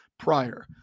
Prior